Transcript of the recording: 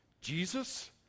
Jesus